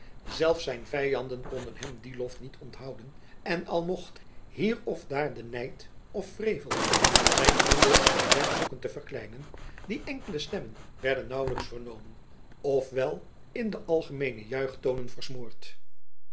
zelfs zijn vyanden konden hem dien lof niet onthouden en al mocht hier of daar de nijd of wrevel zijn aandeel aan dat werk zoeken te verkleinen die enkele stemmen werden naauwelijks vernomen of wel in de algemeene